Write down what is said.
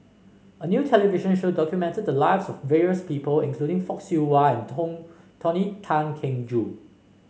a new television show documented the lives of various people including Fock Siew Wah and Tong Tony Tan Keng Joo